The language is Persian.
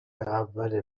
اول